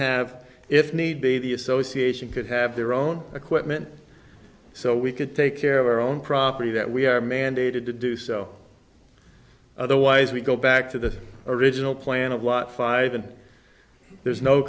have if need be the association could have their own equipment so we could take care of our own property that we are mandated to do so otherwise we go back to the original plan of what five and there's no